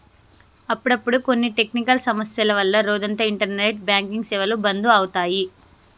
అప్పుడప్పుడు కొన్ని టెక్నికల్ సమస్యల వల్ల రోజంతా ఇంటర్నెట్ బ్యాంకింగ్ సేవలు బంధు అవుతాయి